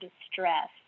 distress